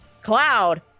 cloud